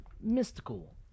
mystical